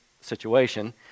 situation